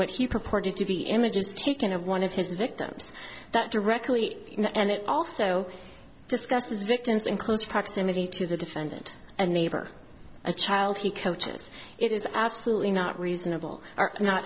what he proportionate to be images taken of one of his victims that directly and it also discusses victims in close proximity to the defendant and neighbor a child he coaches it is absolutely not reasonable are not